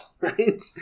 Right